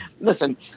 Listen